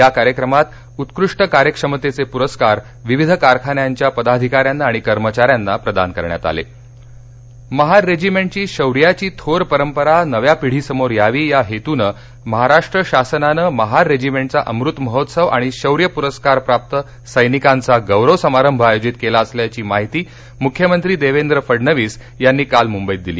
या कार्यक्रमात उत्कृष्ट कार्यक्षमतेचे पुरस्कार विविध कारखान्यांनाच्या पदाधिकाऱ्यांना आणि कर्मचाऱ्यांना प्रदान करण्यात आले रेजिमेंट महार रेजिमेंटची शौर्याची थोर परंपरा नव्या पिढीसमोर यावी या हेतूने महाराष्ट्र शासनाने महार रेजिमेंटचा अमृतमहोत्सव आणि शौर्य पुरस्कार प्राप्त सैनिकांचा गौरव समारंभ आयोजित केला असल्याचे प्रतिपादन मुख्यमंत्री देवेंद्र फडणवीस यांनी काल मुंबईत केलं